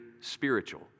spiritual